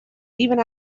even